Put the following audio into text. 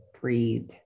Breathe